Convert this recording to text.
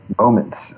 moments